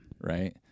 Right